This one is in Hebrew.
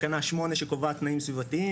תקנה 8 שקובעת תנאים סביבתיים,